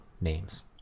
names